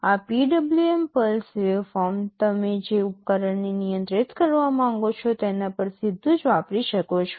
આ PWM pulse waveform તમે જે ઉપકરણને નિયંત્રિત કરવા માંગો છો તેના પર સીધું જ વાપરી શકો છો